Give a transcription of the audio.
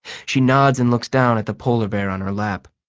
she nods and looks down at the polar bear on her lap.